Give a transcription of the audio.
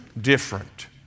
different